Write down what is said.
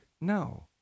No